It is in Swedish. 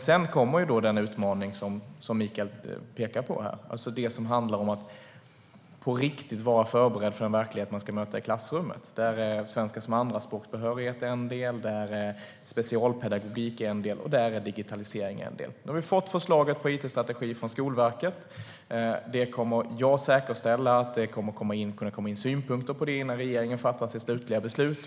Sedan kommer ju den utmaning som Michael Svensson pekade på här, nämligen det som handlar om att på riktigt vara förberedd för den verklighet som man möter i klassrummet. Svenska-som-andraspråk-behörighet är en del, specialpedagogik är en del och digitalisering är en del. Nu har vi fått förslaget till it-strategi från Skolverket. Jag tänker säkerställa att det kan komma in synpunkter på det innan regeringen fattar sitt slutgiltiga beslut.